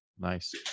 Nice